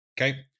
Okay